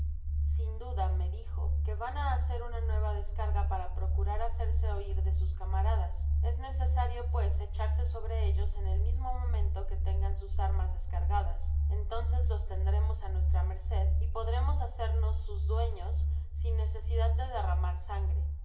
sin duda me dijo van á hacer una nueva descarga para procurar hacerse oir de sus camaradas es necesario pues echarse sobre ellos en el mismo momento que tengan sus armas descargadas entonces los tendremos á nuestra merced y podremos hacernos sus dueños sin necesidad de derramar sangre